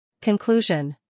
Conclusion